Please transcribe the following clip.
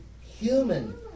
human